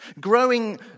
growing